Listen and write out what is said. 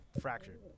fractured